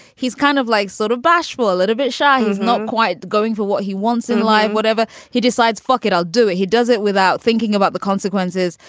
he's kind of like sort of bashful, a little bit shy. he's not quite going for what he wants in life. whatever he decides. fuck it, i'll do it. he does it without thinking about the consequences.